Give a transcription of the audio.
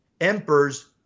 emperors